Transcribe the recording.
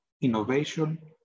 innovation